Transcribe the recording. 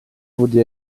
wurde